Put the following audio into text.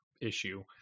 issue